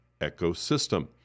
ecosystem